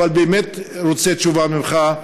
אבל באמת רוצה תשובה ממך,